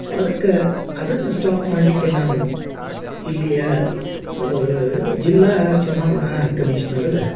so ಅದಕ್ಕೆ ಅದನ್ನು stop ಮಾಡಲಿಕ್ಕೆ ನಾನು ಇಲ್ಲಿಯ ಜಿಲ್ಲಾ ಚುನಾವಣಾ ಕಮಿಷ್ನರ್ಗೆ